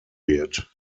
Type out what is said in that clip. wird